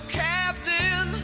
captain